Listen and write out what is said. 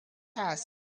cash